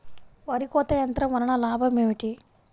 వరి కోత యంత్రం వలన లాభం ఏమిటి?